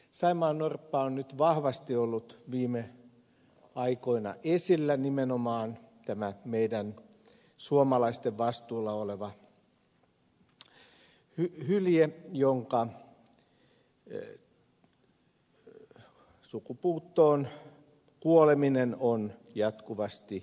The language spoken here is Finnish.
saimaannorppa on nyt vahvasti ollut viime aikoina esillä tämä nimenomaan meidän suomalaisten vastuulla oleva hylje jonka sukupuuttoon kuoleminen on jatkuvasti uhkana